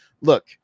look